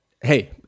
hey